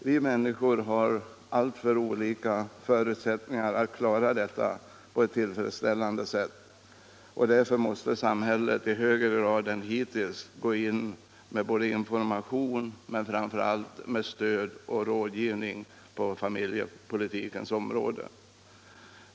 Vi människor har olika förutsättningar att klara detta på ett tillfredsställande sätt, och därför måste samhället i högre grad än hittills gå ut med information och framför allt stöd och rådgivning på familjepolitikens område.